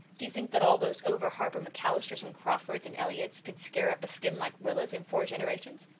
do you think that all those over-harbour macallisters and crawfords and elliotts could scare up a skin like rilla's in four generations?